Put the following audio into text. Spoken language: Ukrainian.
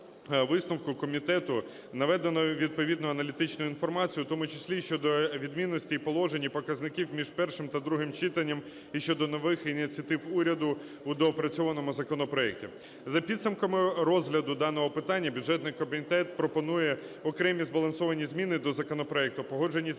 листі-висновку комітету наведено відповідну аналітичну інформацію в тому числі щодо відмінностей положень і показників між першим та другим читанням і щодо нових ініціатив уряду у доопрацьованому законопроекті. За підсумками розгляду даного питання бюджетний комітет пропонує окремі збалансовані зміни до законопроекту, погоджені з